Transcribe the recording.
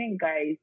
guys